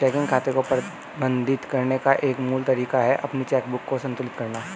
checking खाते को प्रबंधित करने का एक मूल तरीका है अपनी चेकबुक को संतुलित करना